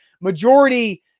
Majority